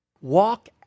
Walk